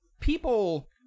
people